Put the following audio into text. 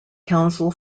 council